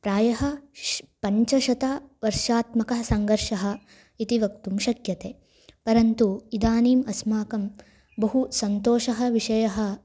प्रायः श् पञ्चशतवर्षात्मकः सङ्गर्षः इति वक्तुं शक्यते परन्तु इदानीम् अस्माकं बहु सन्तोषः विषयः